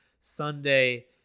Sunday